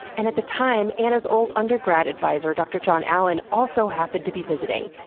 and at the time, anna's old undergrad advisor, dr. jon allen, also happened to be visiting.